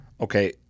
Okay